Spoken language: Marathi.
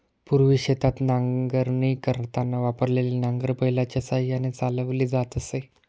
पूर्वी शेतात नांगरणी करताना वापरलेले नांगर बैलाच्या साहाय्याने चालवली जात असे